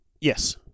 Yes